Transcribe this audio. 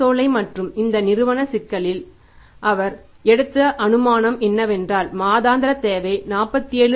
காசோலை மற்றும் இந்த நிறுவன சிக்கலில் அவர் எடுத்த அனுமானம் என்னவென்றால் மாதாந்திர தேவை 47